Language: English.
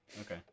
okay